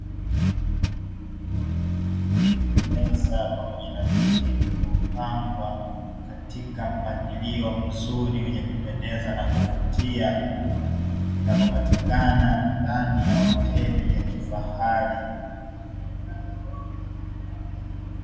Meza pamoja na viti vilivyopangwa katika mpangilio mzuri wenye kupendeza na kuvutia, vinavyopatikana ndani ya hoteli ya kifahari.